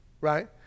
right